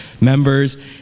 members